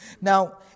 Now